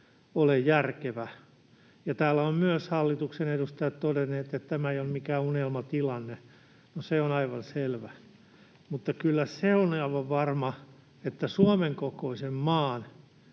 ole järkevä, ja täällä ovat myös hallituksen edustajat todenneet, että tämä ei ole mikään unelmatilanne. No, se on aivan selvä, mutta kyllä se on aivan varma, että Suomen kokoisen maan